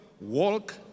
walk